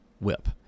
whip